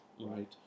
right